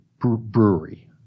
brewery